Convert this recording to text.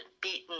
beaten